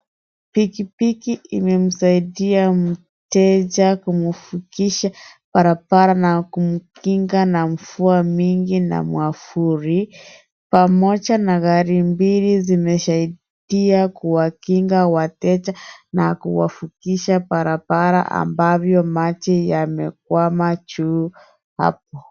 Pikipiki imemsaidia mteja kumuvikisha barabara na kumkinga na mvua mingi na mwafuri pamoja na gari mbili zimesaidia kuwakinga wateja na kuwavukisha barabara ambavyo maji yamekwama juu hapo.